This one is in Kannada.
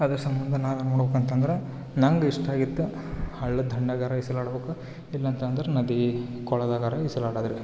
ಅದ್ರ ಸಂಬಂಧ ನಾವು ಏನು ಮಾಡ್ಬೇಕಂತಂದ್ರೆ ನಂಗೆ ಇಷ್ಟ ಆಗಿತ್ತು ಹಳ್ಳದ ದಂಡೆಯಾಗಾರ ಈಜಾಡ್ಬೇಕು ಇಲ್ಲಂತಂದರೆ ನದಿ ಕೊಳ್ದಗಾರೆ ಈಜಾಡಾದ್ ರೀ